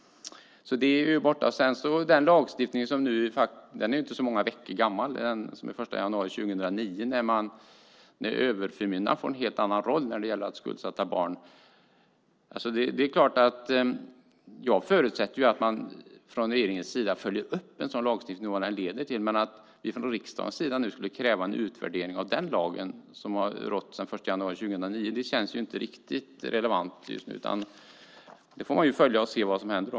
Det är borta nu. Den lagstiftning som trädde i kraft den 1 januari 2009 ger överförmyndaren en helt annan roll när det gäller skuldsatta barn. Jag förutsätter att man från regeringens sida följer upp vad den lagstiftningen leder till, men att vi i riksdagen nu skulle kräva en utvärdering av den lag som trädde i kraft den 1 januari känns inte riktigt relevant just nu. Man får följa detta och se vad som händer.